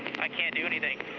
i can't do anything.